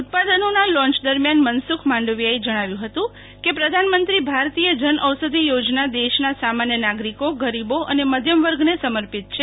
ઉત્પાદનોના લોન્ચ દરમિયાન મનસુખ માંડવિયા જણાવ્યું હતું કે પ્રધાનમંત્રી ભારતીય જનઔષધિ યોજના દેશના સામાન્ય નાગરિકો ગરીબો અને મધ્યમવર્ગને સમર્પિત છે